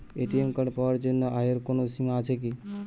ATM card পাওয়ার জন্য আয়ের কোনো সীমা আছে কি?